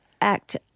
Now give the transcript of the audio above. act